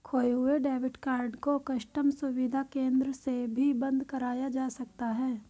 खोये हुए debit card को कस्टम सुविधा केंद्र से भी बंद कराया जा सकता है